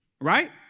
right